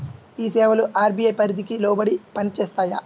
ఈ సేవలు అర్.బీ.ఐ పరిధికి లోబడి పని చేస్తాయా?